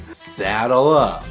saddle up.